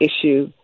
issue